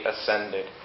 ascended